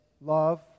love